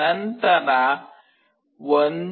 ನಂತರ 1